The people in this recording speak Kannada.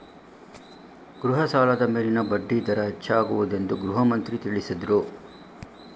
ಗೃಹ ಸಾಲದ ಮೇಲಿನ ಬಡ್ಡಿ ದರ ಹೆಚ್ಚಾಗುವುದೆಂದು ಗೃಹಮಂತ್ರಿ ತಿಳಸದ್ರು